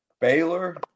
Baylor